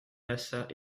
massat